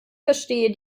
verstehe